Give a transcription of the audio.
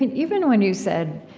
even when you said,